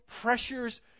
pressures